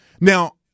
Now